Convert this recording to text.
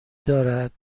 دارد